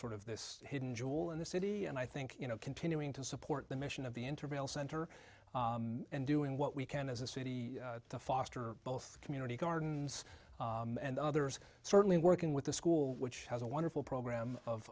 of this hidden jewel in the city and i think you know continuing to support the mission of the interval center and doing what we can as a city to foster both community gardens and others certainly working with the school which has a wonderful program of